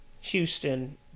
Houston